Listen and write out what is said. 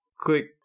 Click